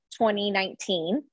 2019